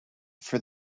for